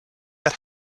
that